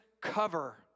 cover